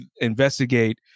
investigate